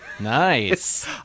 Nice